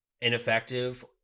ineffective